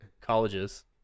colleges